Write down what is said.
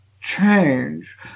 change